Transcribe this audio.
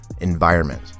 environment